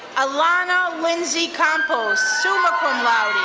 alanna lindsay compos, summa cum laude,